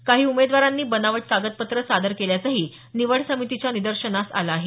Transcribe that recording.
काही उमेदवारांनी बनावट कागदपत्रे सादर केल्याचंही निवड समितीच्या निदर्शनास आलं आहे